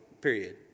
period